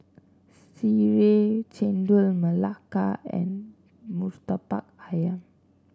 sireh Chendol Melaka and murtabak ayam